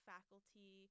faculty